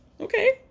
Okay